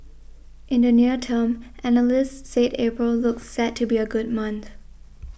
in the near term analysts said April looks set to be a good month